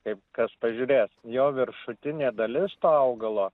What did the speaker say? kaip kas pažiūrės jo viršutinė dalis augalo